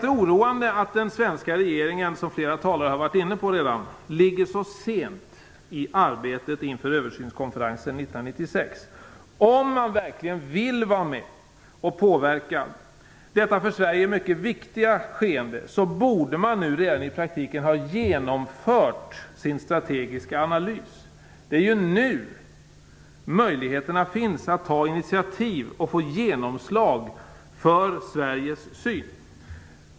Det är oroande att den svenska regeringen, som flera talare redan har varit inne på, ligger så sent i arbetet inför översynskonferensen 1996. Om man verkligen vill vara med och påverka detta för Sverige mycket viktiga skeende borde man redan i praktiken ha genomfört sin strategiska analys. Det är nu möjligheterna finns att ta initiativ och få genomslag för Sveriges syn.